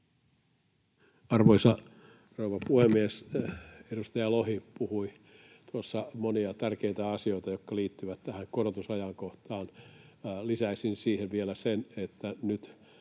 Arvoisa rouva puhemies! Edustaja Lohi puhui tuossa monia tärkeitä asioita, jotka liittyvät tähän korotusajankohtaan. Lisäisin siihen vielä sen, että nyt